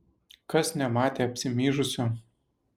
kas nematė apsimyžusio